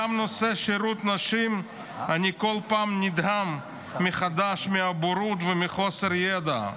גם בנושא שירות נשים אני כל פעם נדהם מחדש מהבורות ומחוסר הידע.